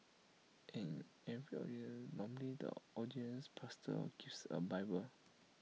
and every in normally ordaining pastor gives A bible